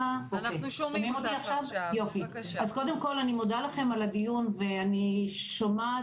קודם כל אני מודה לכם על הדיון ואני שומעת